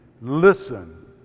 Listen